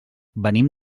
venim